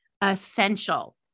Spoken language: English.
essential